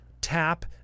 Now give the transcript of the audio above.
tap